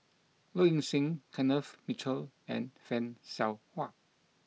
Low Ing Sing Kenneth Mitchell and Fan Shao Hua